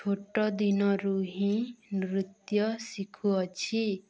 ଛୋଟ ଦିନରୁ ହିଁ ନୃତ୍ୟ ଶିଖୁଅଛି